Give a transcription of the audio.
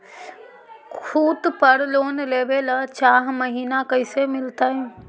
खूत पर लोन लेबे ल चाह महिना कैसे मिलतै?